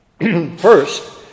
First